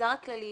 מהמגזר הכללי